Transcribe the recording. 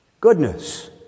Goodness